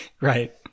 Right